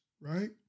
right